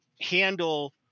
handle